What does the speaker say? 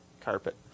Carpet